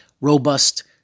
robust